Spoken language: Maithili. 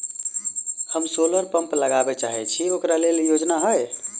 हम सोलर पम्प लगाबै चाहय छी ओकरा लेल योजना हय?